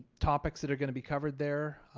topics that are going to be covered there.